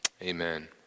Amen